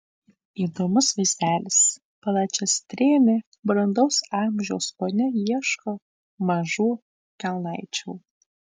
įdomus vaizdelis plačiastrėnė brandaus amžiaus ponia ieško mažų kelnaičių